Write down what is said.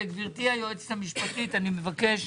גברתי היועצת המשפטית, אני מבקש,